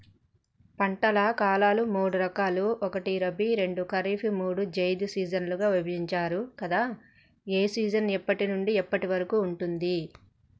పంటల కాలాలు మూడు ఒకటి రబీ రెండు ఖరీఫ్ మూడు జైద్ సీజన్లుగా విభజించారు కదా ఏ సీజన్ ఎప్పటి నుండి ఎప్పటి వరకు ఉంటుంది?